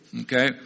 Okay